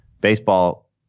Baseball